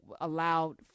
allowed